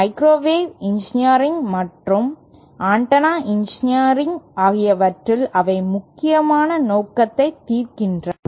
microwave engineering மற்றும் antenna engineering ஆகியவற்றில் அவை முக்கியமான நோக்கத்தை தீர்க்கின்றன